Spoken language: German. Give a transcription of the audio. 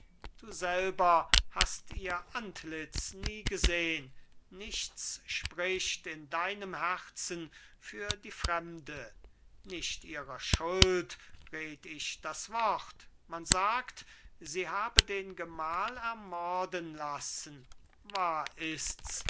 du selber hast ihr antlitz nie gesehn nichts spricht in deinem herzen für die fremde nicht ihrer schuld red ich das wort man sagt sie habe den gemahl ermorden lassen wahr ist's